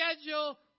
schedule